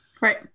Right